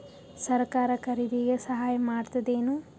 ಸರಕಾರ ಖರೀದಿಗೆ ಸಹಾಯ ಮಾಡ್ತದೇನು?